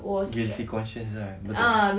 guilty conscience ah betul